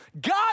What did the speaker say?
God